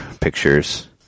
pictures